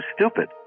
stupid